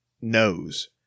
knows